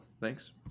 thanks